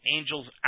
Angels